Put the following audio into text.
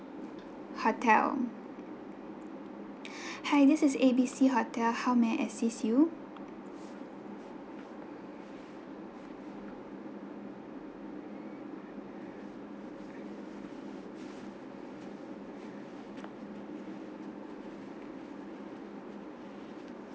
hotel hi this is A B C hotel how may I assist you